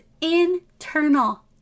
internal